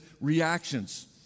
reactions